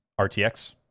rtx